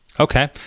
Okay